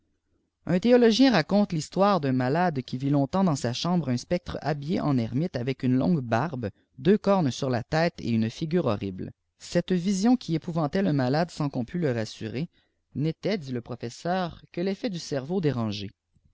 un théologien faconte l'histoire d'un malade qui vit longtemps dans sa chambre un snectre habillé en ermite avec une longue barbe deux cornes sur la tête et une figure horrible cette visk n ui épouvantait le malade sans qu'on pût le rassurer n'était dit le que fet du cerveau dérangé